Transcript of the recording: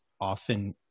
often